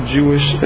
Jewish